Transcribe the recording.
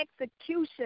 execution